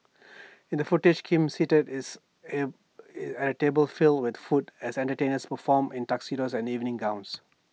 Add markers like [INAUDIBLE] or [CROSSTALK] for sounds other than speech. in the footage Kim seated is [HESITATION] at A table filled with food as entertainers perform in tuxedos and evening gowns